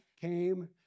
came